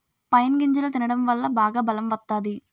pine గింజలు తినడం వల్ల బాగా బలం వత్తాది